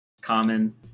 common